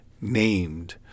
named